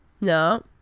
No